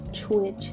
twitch